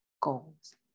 goals